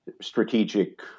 strategic